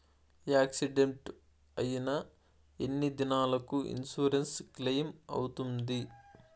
Accident అయిన ఎన్ని దినాలకు ఇన్సూరెన్సు క్లెయిమ్ అవుతుంది?